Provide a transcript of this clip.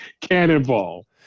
cannonball